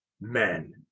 men